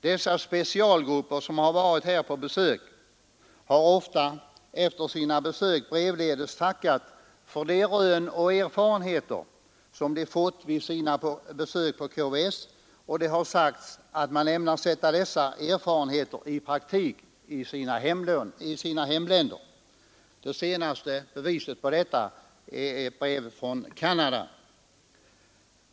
Dessa specialgrupper har ofta efter sina besök brevledes tackat för de rön och erfarenheter som de fått på KVS, och det har sagts att man ämnar omsätta dessa erfarenheter i praktiken i sina hemländer. Det senaste beviset på detta är ett brev från Canada.